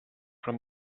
from